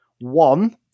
One